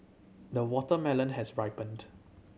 the watermelon has ripened